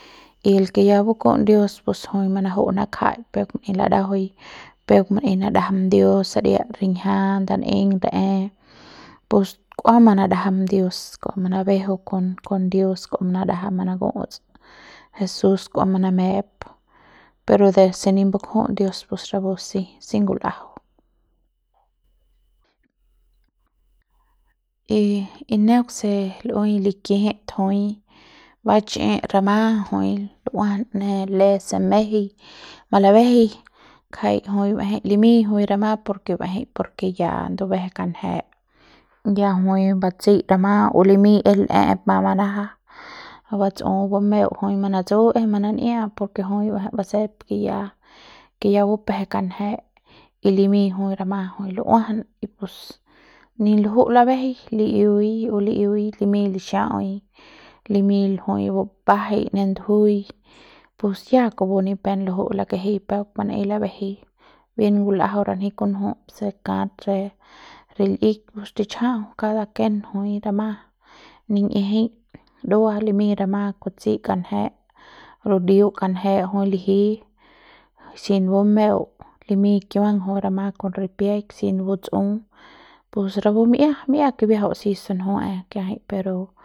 y el ke ya baku'uts dios pus jui manaju'ui manakjaik peuk manaei ladajui peuk manaei nadajam dios saria riñjia ndan'eiñ rae pus kua manadajam dios kua malabejeu kon kon dios kua manadajam manaku'uts jesús kua manamep pero deuk se nip bakju'uts dios pus rapu pus si si ngul'ajau y y neuk se lu'ui likijit jui ba chi'i rama jui lu'uajan ne le se mejei malabejei ngjai jui ba'ejei limiñ jui rama por ke ba'ejei por ke ya ndubeje kanje ya jui batsei rama o limiñ es le'ep ma manaja batsu bameu jui manatsu es manan'iap por ke jui ba'ejei basep ke ya ke ya bupje kanje y limiñ jui rama jui lu'uajan pus ni luju'u labejei li'iui li'iui limiñ lixaui limiñ jui bupajai ne ndujuiñ pus ya kupu ni pe luju'u lakejei peuk manaei labejei bien ngul'ajau ranji kunju se kat re re l'ik pus tichja'au kada kien jui rama nin'iejei ndua limiñ rama butsei kanje ludeu kanje jui liji sin bumeu limiñ kiuang jui rama kon ripiaik sin buts'un pus rapu mi'ia mi'ia kibiajau si sunjue'e kiajai pero.